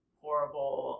horrible